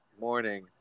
morning